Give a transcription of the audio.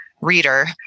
reader